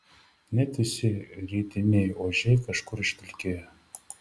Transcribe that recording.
net visi rytiniai ožiai kažkur išdulkėjo